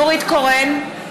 (קוראת בשמות חברי הכנסת) נורית קורן,